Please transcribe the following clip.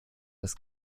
das